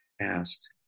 Asked